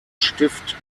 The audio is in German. stift